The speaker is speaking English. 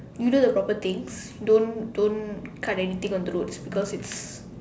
you do the proper things don't don't cut anything on the roads because it's